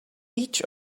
each